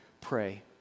pray